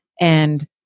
And-